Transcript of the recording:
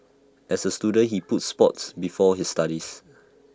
as A student he put Sport before his studies